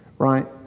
Right